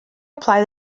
apply